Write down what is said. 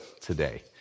today